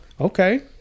okay